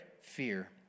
fear